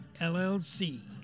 LLC